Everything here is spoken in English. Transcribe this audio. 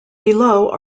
below